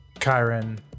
Chiron